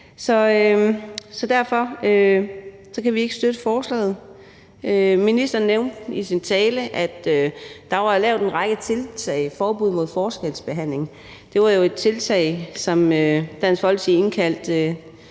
Så derfor kan vi ikke støtte forslaget. Ministeren nævnte i sin tale, at der var lavet en række tiltag som et forbud mod forskelsbehandling. Det var jo et tiltag, som Dansk Folkeparti indkaldte